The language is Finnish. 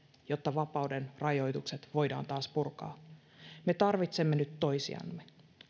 jotta vapauden rajoitukset voidaan taas purkaa me tarvitsemme nyt toisiamme